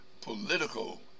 political